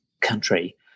country